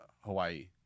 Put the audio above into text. Hawaii